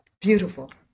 Beautiful